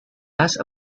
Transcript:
asked